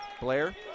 Blair